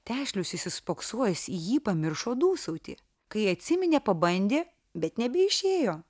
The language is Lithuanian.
tešlius įsispoksojęs į jį pamiršo dūsauti kai atsiminė pabandė bet nebeišėjo